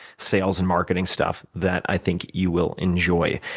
sales and marketing stuff that i think you will enjoy.